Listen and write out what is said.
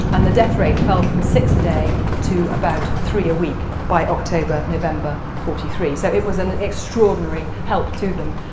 and the death rate fell from six a day to about three a week by october-november forty three. so, it was an extraordinary help to them,